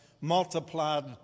multiplied